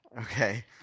Okay